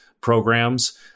programs